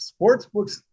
Sportsbooks